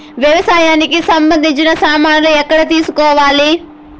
వ్యవసాయానికి సంబంధించిన సామాన్లు ఎక్కడ తీసుకోవాలి?